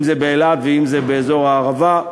אם באילת ואם באזור הערבה,